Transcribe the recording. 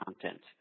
content